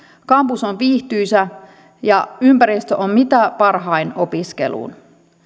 kampus on viihtyisä ja ympäristö on mitä parhain opiskeluun